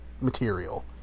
material